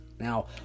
Now